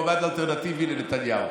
על מועמד אלטרנטיבי לנתניהו.